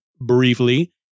briefly